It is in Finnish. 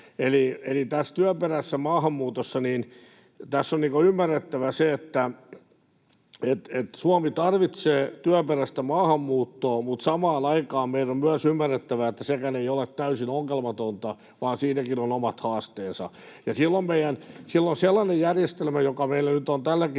Eli työperäisessä maahanmuutossa on ymmärrettävä se, että Suomi tarvitsee työperäistä maahanmuuttoa, mutta samaan aikaan meidän on myös ymmärrettävä, että sekään ei ole täysin ongelmatonta, vaan siinäkin on omat haasteensa. Sellainen järjestelmä meillä nyt on tälläkin